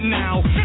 now